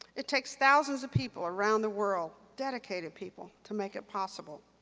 it takes thousands of people around the world, dedicated people to make it possible.